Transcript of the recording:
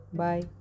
bye